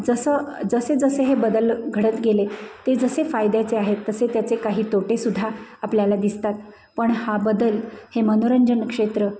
जसं जसे जसे हे बदल घडत गेले ते जसे फायद्याचे आहेत तसे त्याचे काही तोटे सुद्धा आपल्याला दिसतात पण हा बदल हे मनोरंजनक्षेत्र